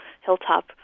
hilltop